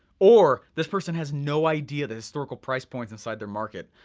or this person has no idea the historical price points inside their market,